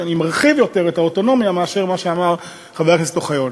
אני מרחיב את האוטונומיה יותר ממה שאמר חבר הכנסת אוחיון.